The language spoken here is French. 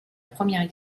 première